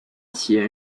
起源